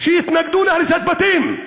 שיתנגדו להריסת בתים.